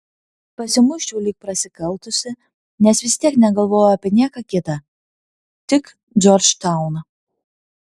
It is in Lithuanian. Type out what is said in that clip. pasimuisčiau lyg prasikaltusi nes vis tiek negalvojau apie nieką kitą tik džordžtauną